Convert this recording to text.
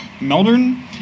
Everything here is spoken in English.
Melbourne